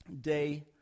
day